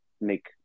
make